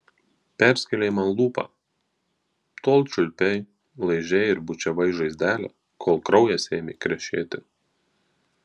perskėlei man lūpą tol čiulpei laižei ir bučiavai žaizdelę kol kraujas ėmė krešėti